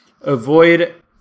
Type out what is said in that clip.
Avoid